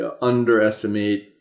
underestimate